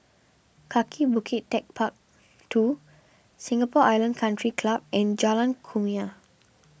Kaki Bukit Techpark two Singapore Island Country Club and Jalan Kumia